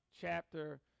chapter